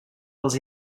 pels